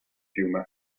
piume